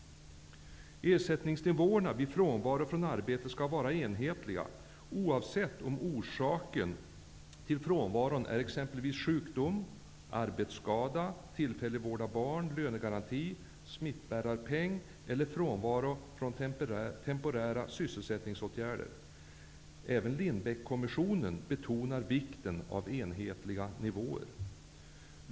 Ersättningsnivåerna vid frånvaro från arbete skall vara enhetliga, oavsett om orsaken till frånvaron är exempelvis sjukdom, arbetsskada, tillfällig vård av barn, lönegaranti, smittbärarpeng eller beredskapsarbete. Även Lindbeckkommissionen betonar vikten av enhetliga nivåer.